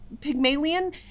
Pygmalion